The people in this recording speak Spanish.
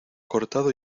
cortado